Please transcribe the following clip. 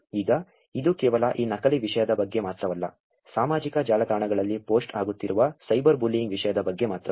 ಈಗ ಇದು ಕೇವಲ ಈ ನಕಲಿ ವಿಷಯದ ಬಗ್ಗೆ ಮಾತ್ರವಲ್ಲ ಸಾಮಾಜಿಕ ಜಾಲತಾಣಗಳಲ್ಲಿ ಪೋಸ್ಟ್ ಆಗುತ್ತಿರುವ ಸೈಬರ್ ಬುಲ್ಲಿಯಿಂಗ್ ವಿಷಯದ ಬಗ್ಗೆ ಮಾತ್ರವಲ್ಲ